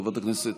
פה, פה.